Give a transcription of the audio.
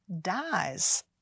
dies